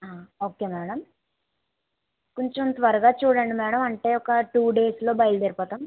okay madam కొంచెం త్వరగా చూడండి మేడం అంటే ఒక టూ డేస్లో బయల్దేరిపోతాము